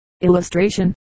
Illustration